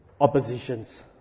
oppositions